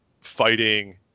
fighting